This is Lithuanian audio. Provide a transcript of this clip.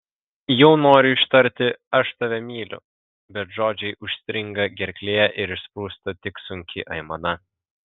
jau noriu ištarti aš tave myliu bet žodžiai užstringa gerklėje ir išsprūsta tik sunki aimana